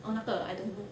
orh 那个 I don't know